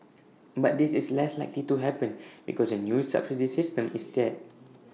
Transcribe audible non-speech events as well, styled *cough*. *noise* but this is less likely to happen *noise* because the new subsidy system is tiered